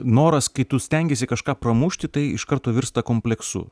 noras kai tu stengiesi kažką pramušti tai iš karto virsta kompleksu